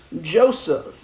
Joseph